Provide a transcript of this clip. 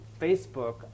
Facebook